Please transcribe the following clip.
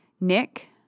Nick